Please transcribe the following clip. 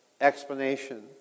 explanation